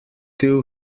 two